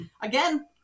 Again